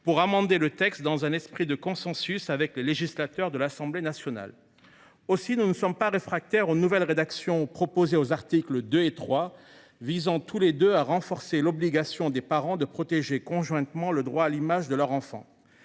pour amender le texte dans un esprit de consensus avec nos collègues de l’Assemblée nationale. Aussi ne sommes nous pas réfractaires aux nouvelles rédactions proposées pour les articles 2 et 3, visant tous deux à renforcer l’obligation des parents de protéger conjointement le droit à l’image de leur enfant.